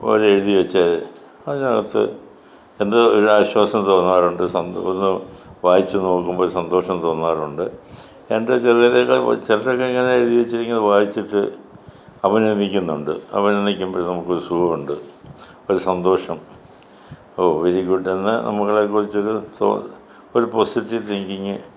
എഴുതി വെച്ച് അതിനകത്ത് എന്തോ ഒരു ആശ്വാസം തോന്നാറുണ്ട് സന്തോഷം വായിച്ച് നോക്കുമ്പം സന്തോഷം തോന്നാറുണ്ട് എൻ്റെ ചെറുകഥയുടെ ചിലരൊക്കെ ഇങ്ങനെ എഴുതി വെച്ചിരിക്കുന്നത് വായിച്ചിട്ട് അഭിനന്ദിക്കുന്നുണ്ട് അഭിനന്ദിക്കുമ്പോൾ നമുക്കൊരു സുഖമുണ്ട് ഒരു സന്തോഷം ഓഹ് വെരി ഗുഡ്ഡ് എന്ന് നമ്മളെ അഭിനന്ദിച്ചൊരു ഇപ്പോൾ ഒരു പോസിറ്റിവ് തിങ്കിങ്